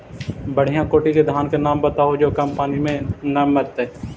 बढ़िया कोटि के धान के नाम बताहु जो कम पानी में न मरतइ?